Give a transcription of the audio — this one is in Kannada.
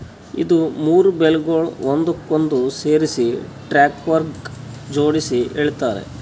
ಇದು ಮೂರು ಬೇಲ್ಗೊಳ್ ಒಂದಕ್ಕೊಂದು ಸೇರಿಸಿ ಟ್ರ್ಯಾಕ್ಟರ್ಗ ಜೋಡುಸಿ ಎಳಿತಾರ್